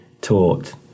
taught